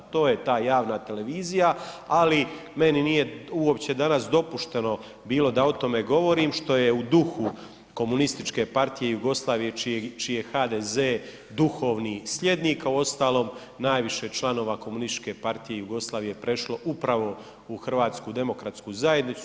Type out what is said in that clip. To je ta javna televizija ali meni nije uopće danas dopušteno bilo da o tome govorim što je u duhu komunističke partije Jugoslavije čiji je HDZ duhovni slijednik a uostalom najviše članova komunističke partije Jugoslavije je prešlo upravo u HDZ.